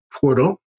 portal